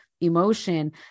emotion